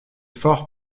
fort